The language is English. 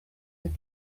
with